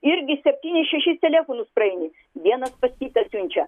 irgi septynis šešis telefonus praeini vienas pas kitą siunčia